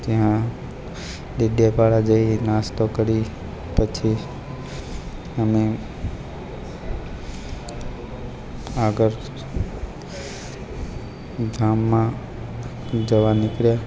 ત્યાં ડેડીયાપાડા જઈ નાસ્તો કરી પછી અમે આગળ ગામમાં જવા નીકળ્યા